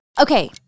Okay